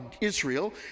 Israel